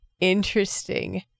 interesting